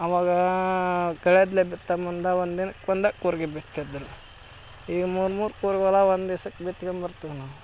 ಅವಾಗ ಒಂದು ದಿನಕ್ಕೆ ಒಂದೇ ಕೂರ್ಗೆ ಬಿತ್ತಿದ್ರು ಈಗ ಮೂರು ಮೂರು ಕೂರ್ಗೆದ ಒಂದು ದಿವ್ಸಕ್ಕೆ ಬಿತ್ಕೊಂಡ್ ಬರ್ತೀವಿ ನಾವು